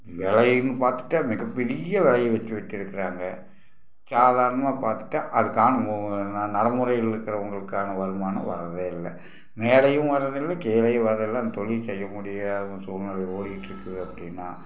விலையின்னு பார்த்துட்டா மிகப்பெரிய விலைய வச்சு விற்றுருக்கறாங்க சாதாரணமாக பார்த்துட்டா அதுக்கான மு ந நடைமுறையில் இருக்கிறவங்களுக்கான வருமானம் வர்றதே இல்லை மேலேயும் வர்றதில்லை கீழேயும் வர்றதில்லை அந்த தொழில் செய்ய முடியாமல் சூழ்நிலை ஓடிகிட்டிருக்குது அப்படின்னா